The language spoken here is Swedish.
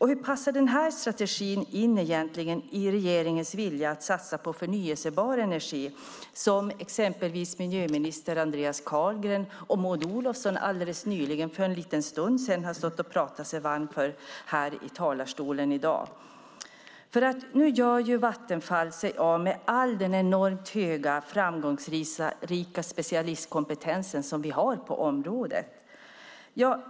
Hur passar denna strategi in i regeringens vilja att satsa på förnybar energi som Andreas Carlgren och alldeles nyss Maud Olofsson stått och talat sig varma för i talarstolen? Nu gör Vattenfall sig av med all den kvalificerade och framgångsrika specialistkompetens vi har på området.